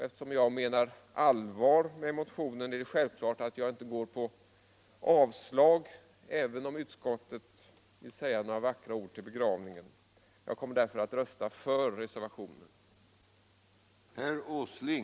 Eftersom jag menar allvar med motionen är det självklart att jag inte går på avslagslinjen, även om utskottet sänder några vackra ord till begravningen. Jag kommer därför att rösta för reservationen.